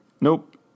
Nope